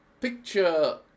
picture